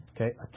Okay